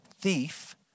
thief